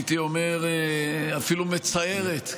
הייתי אומר אפילו מצערת.